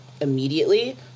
immediately